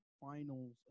Finals